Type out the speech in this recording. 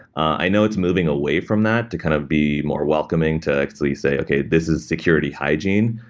i know it's moving away from that to kind of be more welcoming to actually say, okay. this is security hygiene.